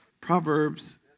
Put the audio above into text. Proverbs